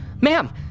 ma'am